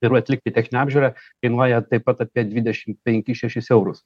ir atlikti techninę apžiūrą kainuoja taip pat apie dvidešim penkis šešis eurus